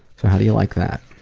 so how do you like that?